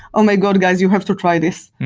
oh my god, guys! you have to try this.